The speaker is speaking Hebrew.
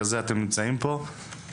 איגוד הטניס לא עושה פעילויות לנוער